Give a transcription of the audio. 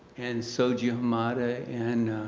and shoji himada and